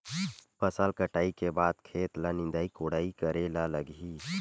फसल कटाई के बाद खेत ल निंदाई कोडाई करेला लगही?